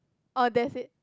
uh that's it